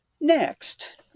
Next